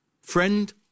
friend